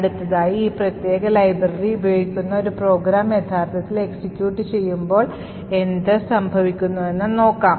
അടുത്തതായി ഈ പ്രത്യേക ലൈബ്രറി ഉപയോഗിക്കുന്ന ഒരു പ്രോഗ്രാം യഥാർത്ഥത്തിൽ എക്സിക്യൂട്ട് ചെയ്യുമ്പോൾ എന്ത് സംഭവിക്കുമെന്ന് നോക്കാം